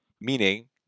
meaning